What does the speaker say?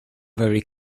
very